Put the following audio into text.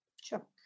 Sure